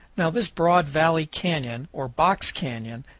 now this broad valley canyon, or box canyon,